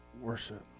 worship